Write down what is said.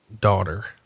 daughter